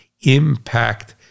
impact